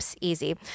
easy